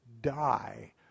die